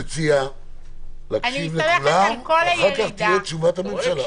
אני מציע להקשיב לכולם ואחר כך תהיה תשובת הממשלה.